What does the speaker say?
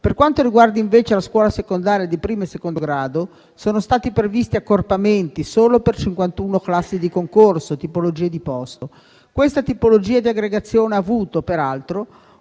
Per quanto riguarda, invece, la scuola secondaria di primo e secondo grado, sono stati previsti accorpamenti solo per cinquantuno classi di concorso e tipologie di posto. Questa tipologia di aggregazione ha avuto, peraltro,